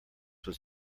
was